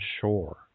shore